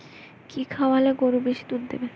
কি খাওয়ালে গরু বেশি দুধ দেবে?